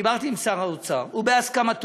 דיברתי עם שר האוצר, ובהסכמתו,